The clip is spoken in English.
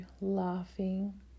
laughing